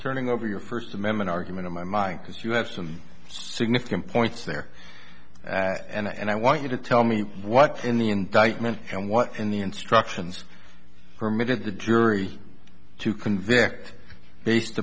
turning over your first amendment argument in my mind because you have some significant points there and i want you to tell me what in the indictment and what in the instructions permitted the jury to convict based